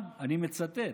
אני מצטט: